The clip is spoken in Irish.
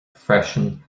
freisin